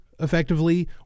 Effectively